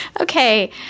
Okay